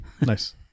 Nice